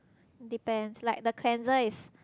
depends like the cleanser is